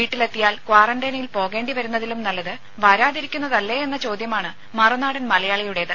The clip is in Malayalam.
വീട്ടിലെത്തിയാൽ ക്വാറന്റീനിൽ പോകേണ്ടി വരുന്നതിലും നല്ലത് വരാതിരിക്കുന്നതല്ലേയെന്ന ചോദ്യമാണ് മറുനാടൻ മലയാളിയുടേത്